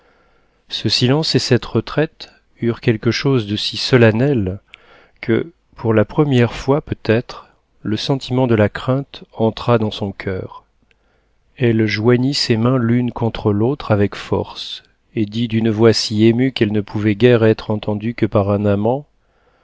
ce silence et cette retraite eurent quelque chose de si solennel que pour la première fois peut-être le sentiment de la crainte entra dans son coeur elle joignit ses mains l'une contre l'autre avec force et dit d'une voix si émue qu'elle ne pouvait guère être entendue que par un amant